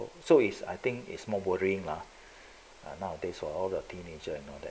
so is I think is more worrying lah nowadays all the teenager and all that